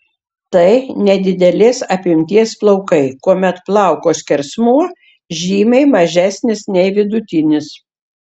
tai nedidelės apimties plaukai kuomet plauko skersmuo žymiai mažesnis nei vidutinis